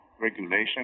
regulation